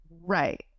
Right